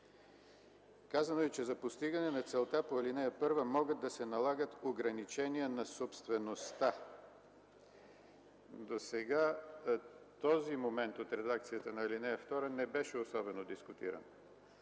Казано е, че за постигане на целта по ал. 1 могат да се налагат ограничения на собствеността! Досега този момент от редакцията на ал. 2 не беше особено дискутиран.